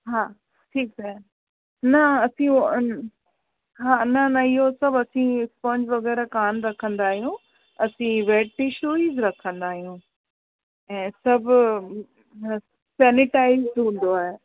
हा ठीकु आहे न असीं ओ न न इहो सभु असीं स्पॉंज वग़ैरह कान रखंदा आहियूं असीं वेट टिशूस ई रखंदा आहियूं ऐं सभु ह सेनेटाईज़ हूंदो आहे